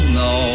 no